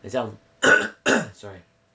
很像 sorry